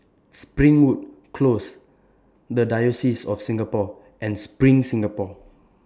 Springwood Close The Diocese of Singapore and SPRING Singapore